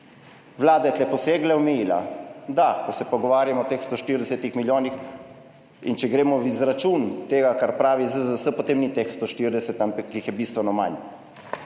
Vlada je tu posegla, omejila, da ko se pogovarjamo o teh 140 milijonih in če gremo v izračun tega kar pravi ZZZS, potem ni teh 140, ampak jih je bistveno manj.